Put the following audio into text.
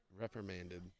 reprimanded